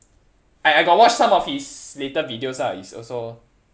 I I got watch some of his latest videos ah it's also